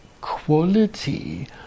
quality